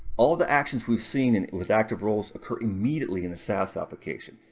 all the actions we've seen and with active roles occur immediately in the saas application.